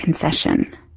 concession